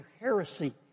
heresy